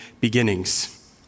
beginnings